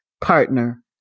partner